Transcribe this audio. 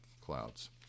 clouds